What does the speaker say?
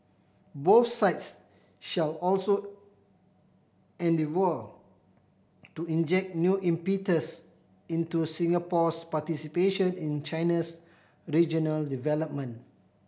both sides shall also endeavour to inject new impetus into Singapore's participation in China's regional development